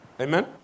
Amen